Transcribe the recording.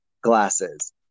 glasses